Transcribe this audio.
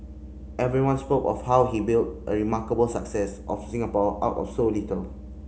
everyone spoke of how he built a remarkable success of Singapore out of so little